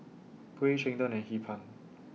Kuih Cheng Tng and Hee Pan